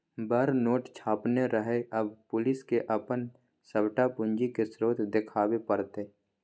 बड़ नोट छापने रहय आब पुलिसकेँ अपन सभटा पूंजीक स्रोत देखाबे पड़तै